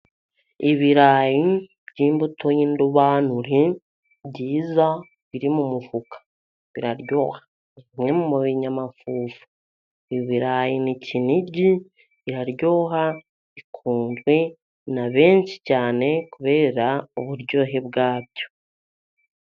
Ibirayi by'imbuto y'indobanure, byiza, biri mu mufuka. Biraryoha. Ni bimwe mu binyamafufu. Ibirayi ni Kinigi iraryoha, ikunzwe na benshi cyane kubera uburyohe bwabyo.